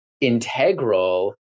integral